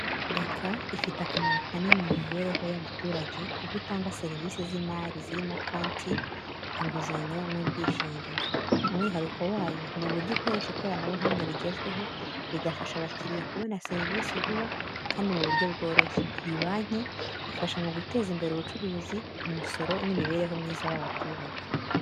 BK ifite akamaro kanini mu mibereho y’abaturage kuko itanga serivisi z'imari zirimo konti, inguzanyo n’ubwishingizi. Umwihariko wayo ni uburyo ikoresha ikoranabuhanga rigezweho, rigafasha abakiriya kubona serivisi vuba kandi mu buryo bworoshye. Iyi banki ifasha mu guteza imbere ubucuruzi, umusoro n’imibereho myiza y’abaturage.